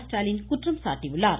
ஸ்டாலின் குற்றம் சாட்டியுள்ளார்